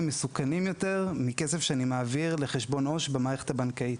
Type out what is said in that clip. מסוכנים יותר מכסף שאני מעביר לחשבון עובר ושב במערכת הבנקאית.